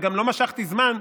וגם לא משכתי זמן,